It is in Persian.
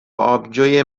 آبجوی